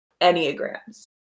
Enneagrams